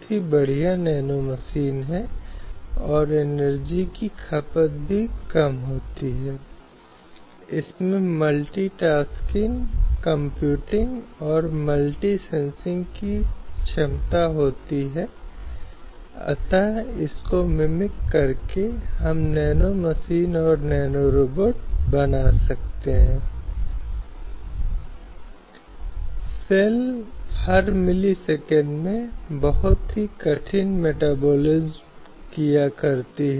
के साथ भिन्न हैं जबकि मौलिक अधिकार व्यक्तिगत अधिकारों को पूरा करते हैं राज्य नीति के निर्देशक सिद्धांत सामाजिक आवश्यकताओं को पूरा करते हैं